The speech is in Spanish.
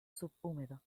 subhúmedo